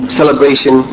celebration